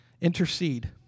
intercede